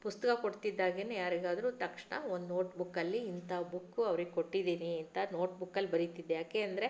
ಪುಸ್ತಕ ಕೊಡ್ತಿದ್ದಾಗೇನೆ ಯಾರಿಗಾದರೂ ತಕ್ಷಣ ಒಂದು ನೋಟ್ ಬುಕ್ಕಲ್ಲಿ ಇಂತಹ ಬುಕ್ ಅವರಿಗೆ ಕೊಟ್ಟಿದ್ದೀನಿ ಅಂತ ನೋಟ್ ಬುಕ್ಕಲ್ಲಿ ಬರೀತಿದ್ದೆ ಯಾಕೆ ಅಂದರೆ